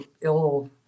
ill